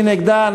מי נגדה?